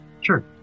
Sure